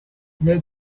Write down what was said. mais